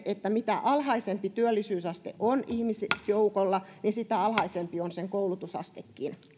että mitä alhaisempi työllisyysaste on ihmisjoukolla niin sitä alhaisempi on sen koulutusastekin